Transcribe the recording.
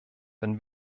wenn